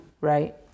right